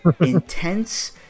intense